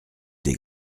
des